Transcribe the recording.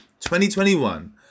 2021